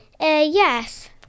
yes